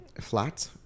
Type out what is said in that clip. flat